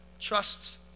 trusts